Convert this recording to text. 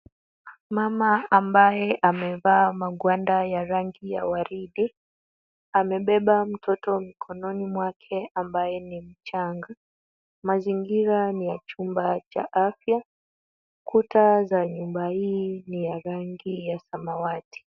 Mama ambaye amevaa magwanda ya rangi ya waridi, amebeba mtoto mkononi mwake ambaye ni mchanga. Mazingira ni ya chumba cha afya. Kuta za nyumba hii ni ya rangi ya samawati.